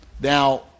Now